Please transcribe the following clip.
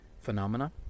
phenomena